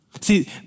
See